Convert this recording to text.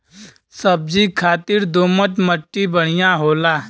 सब्जी खातिर दोमट मट्टी बढ़िया होला